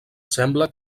sembla